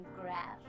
graph